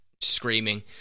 screaming